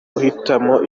uhitamo